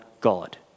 God